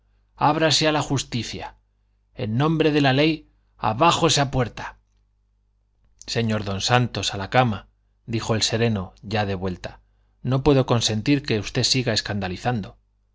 ábrase a la justicia en nombre de la ley abajo esa puerta señor don santos a la cama dijo el sereno ya de vuelta no puedo consentir que usted siga escandalizando